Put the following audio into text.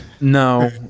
No